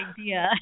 idea